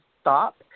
stop